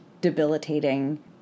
debilitating